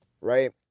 right